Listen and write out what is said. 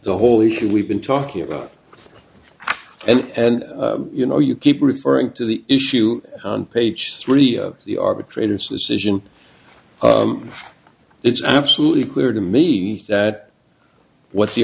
the whole issue we've been talking about and you know you keep referring to the issue and page three of the arbitrator's decision it's absolutely clear to me that what the